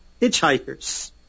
hitchhikers